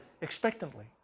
expectantly